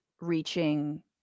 reaching –